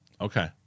Okay